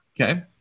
Okay